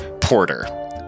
porter